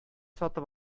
сатып